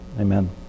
Amen